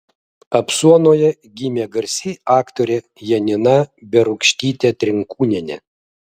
apsuonoje gimė garsi aktorė janina berūkštytė trinkūnienė